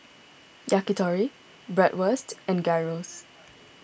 Yakitori Bratwurst and Gyros